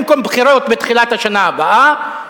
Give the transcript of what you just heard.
במקום בחירות בתחילת השנה הבאה,